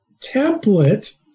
template